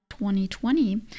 2020